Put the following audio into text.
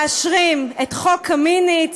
מאשרים את חוק קמיניץ,